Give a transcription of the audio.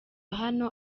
hano